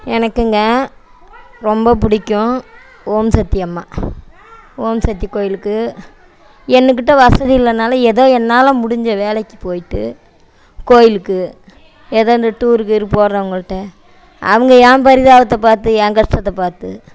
எனக்குங்க ரொம்ப பிடிக்கும் ஓம் சக்தி அம்மா ஓம் சக்தி கோவிலுக்கு என்கிட்ட வசதி இல்லைனாலும் ஏதோ என்னால் முடிஞ்ச வேலைக்கு போயிட்டு கோவிலுக்கு ஏதோ இந்த டூர் கீர் போகிறவங்கள்ட்ட அவங்க என் பரிதாபத்தை பார்த்து என் கஷ்டத்தை பார்த்து